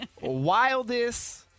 Wildest